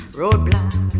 roadblock